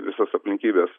visas aplinkybes